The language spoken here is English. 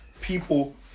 people